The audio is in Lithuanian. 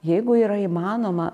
jeigu yra įmanoma